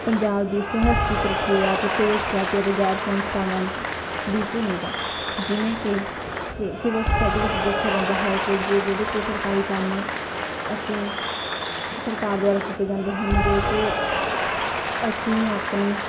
ਪੰਜਾਬ ਦੀ ਸੁਹਸੀ ਪ੍ਰਕਿਰਿਆ ਅਤੇ ਸਿਵਰ ਸਾਇਟੀ ਅਤੇ ਗੈਰ ਸੰਸਥਾਵਾਂ ਦੀ ਭੂਮੀਕਾ ਜਿਵੇਂ ਕਿ ਸਿਵਿਲ ਸੁਸਾਇਟੀ ਵਿੱਚ ਦੇਖਿਆ ਜਾਂਦਾ ਹੈ ਕਿ ਜਿਹੜੇ ਕਿ ਸਰਕਾਰੀ ਕੰਮ ਅਸੀਂ ਸਰਕਾਰ ਦੁਆਰਾ ਕੀਤੇ ਜਾਂਦੇ ਹਨ ਜੋ ਕਿ ਅਸੀਂ ਆਪਣੀ